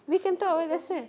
we can talk about that's why